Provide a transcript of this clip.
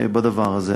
בדבר הזה.